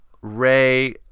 Ray